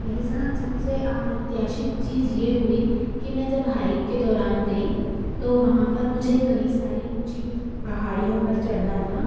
मेरे साथ सब से आप्रत्याशित चीज़ ये हुई कि मैं जब हाइक के दौरान गई तो वहाँ पर मुझे कई सारी ऊँची पहाड़ियों पर चढ़ना था